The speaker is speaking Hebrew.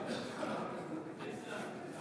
בהצבעה